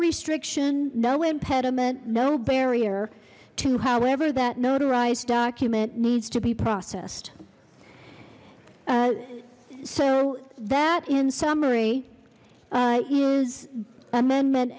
restriction no impediment no barrier to however that notarized document needs to be processed so that in summary is amendment